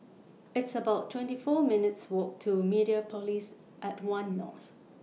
It's about twenty four minutes' Walk to Mediapolis At one North